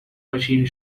machine